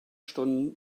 stunden